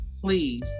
please